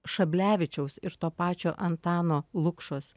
šablevičiaus ir to pačio antano lukšos